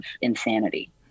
insanity